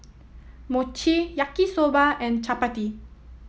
Mochi Yaki Soba and Chapati